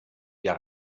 wir